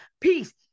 Peace